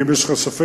לשאול: